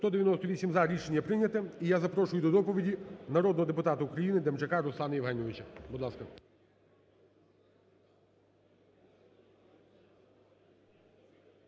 За-198 Рішення прийнято. І я запрошую до доповіді народного депутата України Демчака Руслана Євгеновича. Будь ласка.